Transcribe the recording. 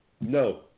No